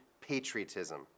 patriotism